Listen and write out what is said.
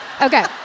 Okay